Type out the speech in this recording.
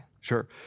Sure